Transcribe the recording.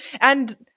And-